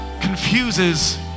confuses